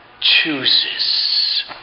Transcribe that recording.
chooses